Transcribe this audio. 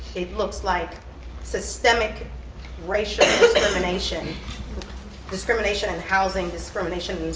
it looks like systemic racial discrimination discrimination in housing, discrimination